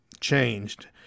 changed